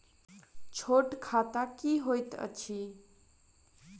छोट खाता की होइत अछि